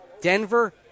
Denver